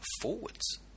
forwards